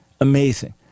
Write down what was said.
amazing